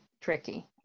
tricky